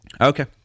okay